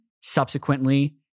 subsequently